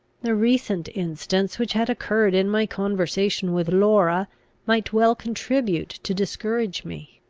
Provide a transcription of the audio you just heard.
the recent instance which had occurred in my conversation with laura might well contribute to discourage me.